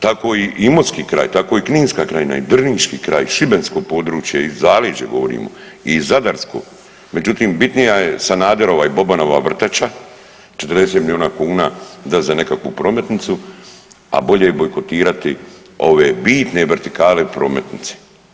Tako i imotski kraj, tako i Kninska krajina i drniški kraj i šibensko područje i zaleđe govorimo i zadarsko, međutim bitnija je Sanaderova i Bobanova vrtača 40 milijuna kuna dat za neku prometnicu, a bolje bojkotirati ove bitne vertikalne prometnice.